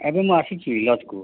ଏବେ ମୁଁ ଆସିଛି ଲଜ୍କୁ